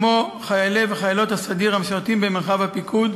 כמו חיילי וחיילות הסדיר המשרתים במרחב הפיקוד,